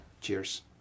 Cheers